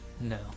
No